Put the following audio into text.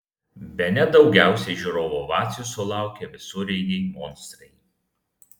bene daugiausiai žiūrovų ovacijų sulaukė visureigiai monstrai